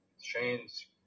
Shane's